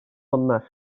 onlar